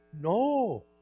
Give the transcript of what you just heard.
no